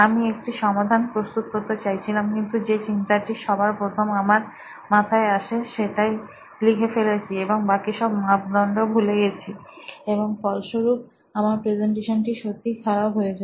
আমি একটি সমাধান প্রস্তুত করতে চাইছিলাম কিন্তু যে চিন্তাটি সবার প্রথম আমার মাথায় আসে সেটাই লিখে ফেলেছি এবং বাকি সব মাপদণ্ড ভুলে গেছি এবং ফলস্বরূপ আমার প্রেজেন্টেশনটি সত্যিই খারাপ হয়েছে